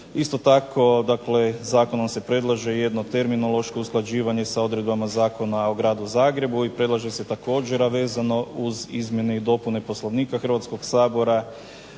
Isto tako dakle zakonom se predlaže jedno terminološko usklađivanje s odredbama Zakona o Gradu Zagrebu i predlaže se također, a vezano uz izmjene i dopune Poslovnika Hrvatskog sabora